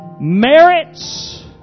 merits